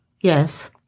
Yes